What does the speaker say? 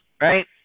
right